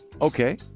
Okay